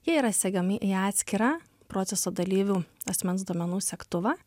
jie yra segami į atskirą proceso dalyvių asmens duomenų segtuvą